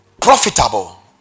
profitable